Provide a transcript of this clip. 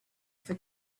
for